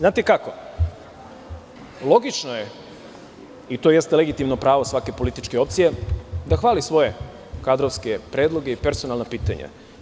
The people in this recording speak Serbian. Znate kako, logično je i to jeste legitimno pravo svake političke opcije da hvali svoje kadrovske predloge i personalna pitanja.